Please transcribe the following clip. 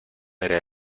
era